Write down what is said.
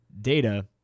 data